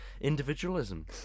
individualism